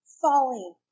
falling